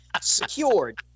secured